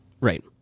Right